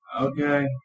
Okay